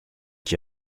qui